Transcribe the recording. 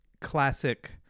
classic